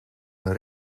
een